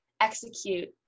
execute